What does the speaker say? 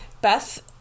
Beth